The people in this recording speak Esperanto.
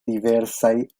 diversaj